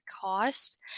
cost